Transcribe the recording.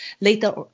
later